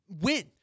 win